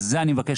על זה אני מבקש